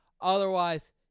Otherwise